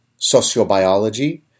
sociobiology